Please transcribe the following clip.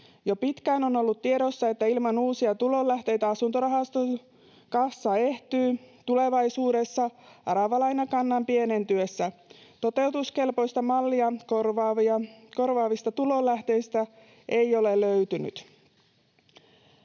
Jo pitkään on ollut tiedossa, että ilman uusia tulonlähteitä asuntorahaston kassa ehtyy tulevaisuudessa aravalainakannan pienentyessä. Toteutuskelpoista mallia korvaavista tulonlähteistä ei ole löytynyt.